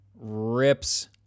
rips